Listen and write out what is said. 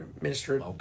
minister